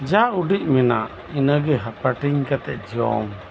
ᱡᱟ ᱩᱰᱤᱡ ᱢᱮᱱᱟᱜ ᱤᱱᱟᱹ ᱜᱮ ᱦᱟᱯᱟᱴᱤᱧ ᱠᱟᱛᱮ ᱡᱚᱢ